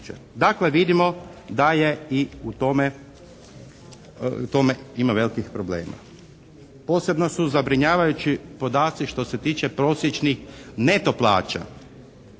Dakle vidimo da je i u tome, tome ima velikih problema. Posebno su zabrinjavajući podaci što se tiče prosječnih neto plaća.